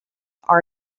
are